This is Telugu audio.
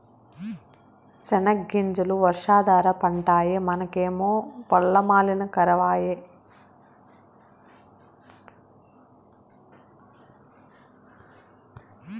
సెనగ్గింజలు వర్షాధార పంటాయె మనకేమో వల్ల మాలిన కరవాయె